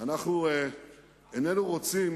אנחנו איננו רוצים